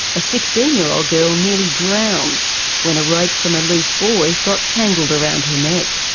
a sixteen year old girl nearly drowned when a rope from a loose buoy got tangled around her neck.